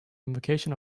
invocation